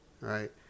right